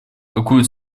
какую